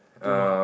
two mah